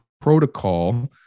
protocol